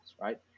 right